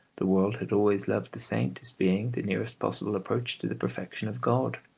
the world had always loved the saint as being the nearest possible approach to the perfection of god.